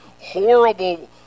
horrible